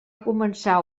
començar